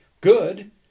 Good